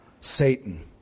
Satan